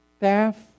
staff